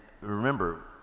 remember